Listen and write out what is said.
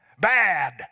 bad